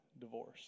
divorce